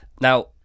Now